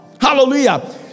hallelujah